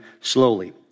slowly